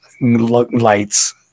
lights